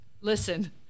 Listen